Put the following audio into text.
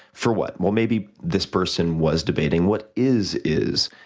for what? well, maybe this person was debating what is is,